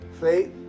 faith